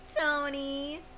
Tony